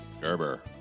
Gerber